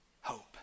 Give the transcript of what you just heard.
hope